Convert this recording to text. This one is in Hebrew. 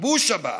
הכיבוש הבא,